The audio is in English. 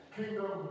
kingdom